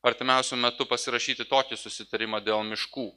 artimiausiu metu pasirašyti tokį susitarimą dėl miškų